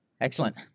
Excellent